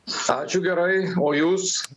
ačiū gerai o jūs